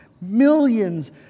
millions